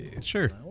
Sure